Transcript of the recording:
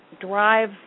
drive